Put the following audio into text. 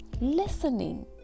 listening